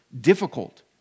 difficult